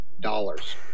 dollars